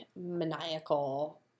maniacal